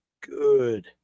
good